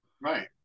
Right